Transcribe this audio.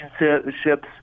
relationships